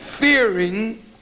fearing